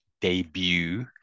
debut